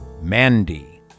Mandy